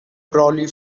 brolly